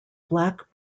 black